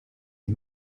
les